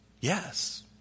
Yes